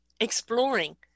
exploring